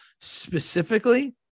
specifically